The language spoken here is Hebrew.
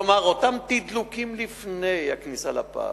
כלומר, אותם תדלוקים לפני הכניסה לפאב,